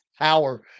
power